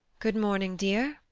good-morning, dear.